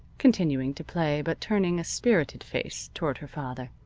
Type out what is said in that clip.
continuing to play, but turning a spirited face toward her father.